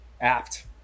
apt